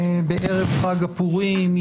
בערב חג הפורים,